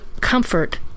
comfort